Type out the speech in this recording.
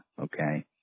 okay